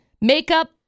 makeup